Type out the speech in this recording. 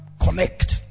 connect